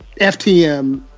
FTM